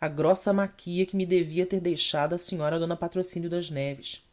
à grossa maquia que me devia ter deixado a senhora d patrocínio das neves